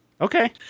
Okay